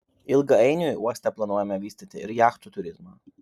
ilgainiui uoste planuojama vystyti ir jachtų turizmą